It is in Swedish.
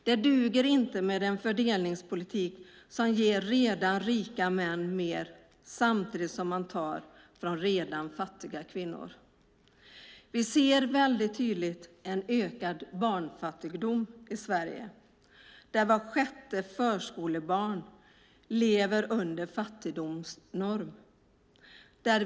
Det duger inte med en fördelningspolitik som ger redan rika män mer samtidigt som man tar från redan fattiga kvinnor. Vi ser väldigt tydligt en ökad barnfattigdom i Sverige där var sjätte förskolebarn lever under fattigdomsnormen.